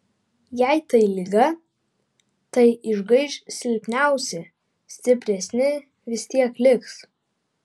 jei tai liga tai išgaiš silpniausi stipresni vis tiek liks